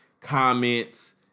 Comments